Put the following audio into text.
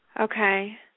Okay